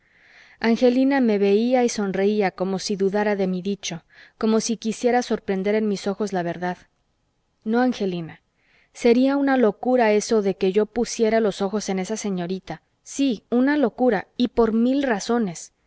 angelina me veía y sonreía como si dudara de mi dicho como si quisiera sorprender en mis ojos la verdad no angelina sería una locura eso de que yo pusiera los ojos en esa señorita sí una locura y por mil razones